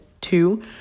Two